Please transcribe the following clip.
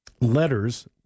letters